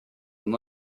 and